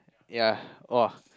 ya !wah!